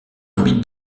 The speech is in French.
habite